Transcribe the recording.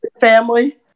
family